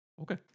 Okay